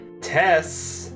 Tess